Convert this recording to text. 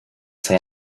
say